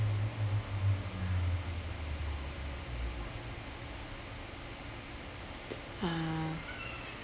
ah